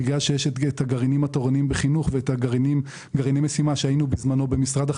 בגלל שיש את הגרעינים התורניים בחינוך ואת גרעיני המשימה במשרד החקלאות,